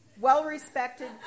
well-respected